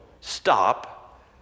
stop